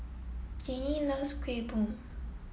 Jayne loves Kuih Bom